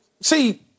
See